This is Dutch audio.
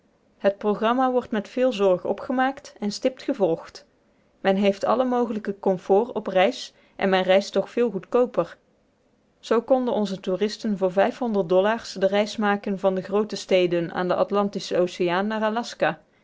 het programma wordt met veel zorg opgemaakt en stipt gevolgd men heeft alle mogelijke comfort op reis en men reist toch veel goedkooper zoo konden onze toeristen voor dollars de reis maken van de groote steden aan den atlantischen oceaan naar aljaska